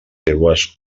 seues